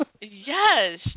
Yes